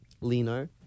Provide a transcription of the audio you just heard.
Lino